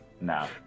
No